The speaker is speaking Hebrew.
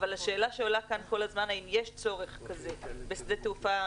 אבל השאלה שעולה כאן כל הזמן היא האם יש צורך כזה בשדה תעופה.